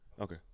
Okay